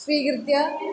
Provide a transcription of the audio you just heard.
स्वीकृत्य